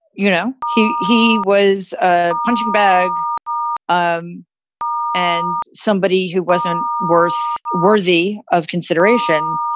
you know, he he was a punching bag um and somebody who wasn't worth worthy of consideration.